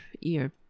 ear